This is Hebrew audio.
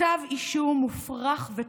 כתב אישום מופרך ותפור.